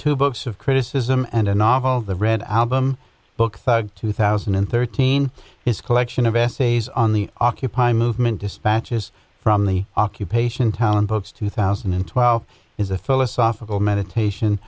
two books of criticism and a novel the red album book two thousand and thirteen his collection of essays on the occupy movement dispatches from the occupation town post two thousand and twelve is a philosophical meditation